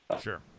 Sure